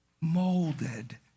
molded